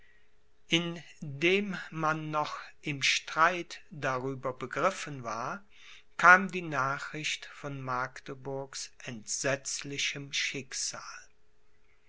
indem man noch im streit darüber begriffen war kam die nachricht von magdeburgs entsetzlichem